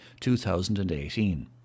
2018